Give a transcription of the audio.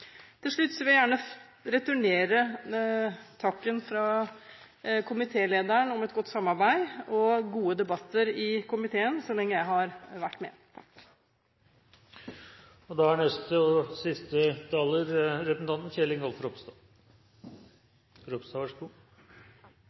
Til slutt vil jeg returnere takken fra komitélederen for et godt samarbeid og for gode debatter i komiteen så lenge jeg har vært med.